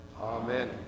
Amen